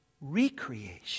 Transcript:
recreation